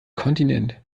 kontinent